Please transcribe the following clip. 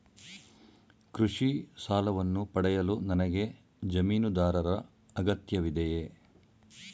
ಕೃಷಿ ಸಾಲವನ್ನು ಪಡೆಯಲು ನನಗೆ ಜಮೀನುದಾರರ ಅಗತ್ಯವಿದೆಯೇ?